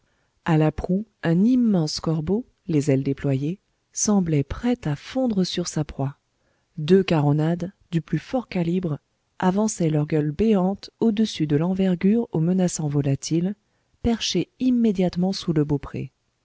a la proue un immense corbeau les ailes déployées semblait prêt à fondre sur sa proie deux caronades du plus fort calibre avançaient leurs gueules béantes au-dessus de l'envergure au menaçant volatile perché immédiatement sous le beaupré